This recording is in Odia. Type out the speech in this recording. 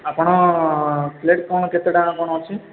ଆପଣ ପ୍ଲେଟ୍ କ'ଣ କେତେ ଟଙ୍କା କ'ଣ ଅଛି